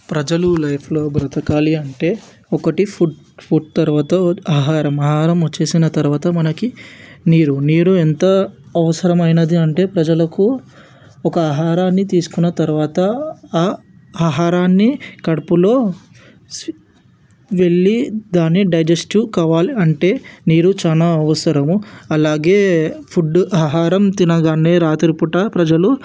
ప్రజలు లైఫ్లో బ్రతకాలి అంటే ఒకటి ఫుడ్ ఫుడ్ తర్వాత ఆహారం ఆహారం వచ్చేసిన తర్వాత మనకి నీరు నీరు ఎంత అవసరమైనది అంటే ప్రజలకు ఒక ఆహారాన్ని తీసుకున్న తర్వాత ఆ ఆహారాన్ని కడుపులో వెళ్లి దాన్ని డైజెస్ట్ కావాలి అంటే నీరు చాలా అవసరము అలాగే ఫుడ్ ఆహారం తినగానే రాత్రిపూట ప్రజలు